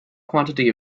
quantity